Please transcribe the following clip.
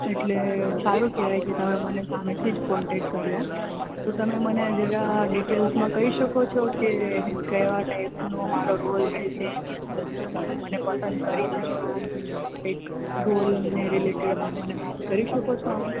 એટલે સારું કહેવાય કે તમે મને સામેથી જ કોન્ટેક કર્યો તો તમે મને જરા ડીટેલ્સમાં કહી શકો છો કે કેવા ટાઇપનો મારો રોલ રહેશે એની અંદર જો તમે મને પસંદ કરી છે તો એક રોલને રિલેટેડ હવે મને વાત કરી શકો છો આમાં